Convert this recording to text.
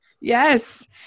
Yes